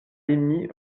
émis